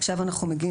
עכשיו אנחנו מגיעים,